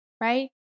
right